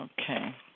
Okay